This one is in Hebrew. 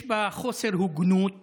יש בה חוסר הוגנות